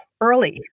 early